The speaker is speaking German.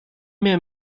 mehr